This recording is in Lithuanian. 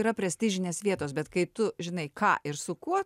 yra prestižinės vietos bet kai tu žinai ką ir su kuo